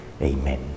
Amen